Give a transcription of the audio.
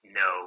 no